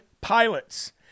pilots